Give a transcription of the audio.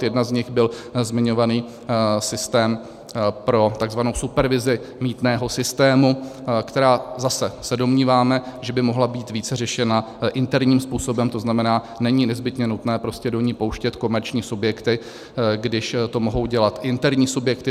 Jedna z nich byl zmiňovaný systém pro takzvanou supervizi mýtného systému, která, zase se domníváme, že by mohla být více řešena interním způsobem, to znamená, není nezbytně nutné prostě do ní pouštět komerční subjekty, když to mohou dělat interní subjekty.